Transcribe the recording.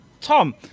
tom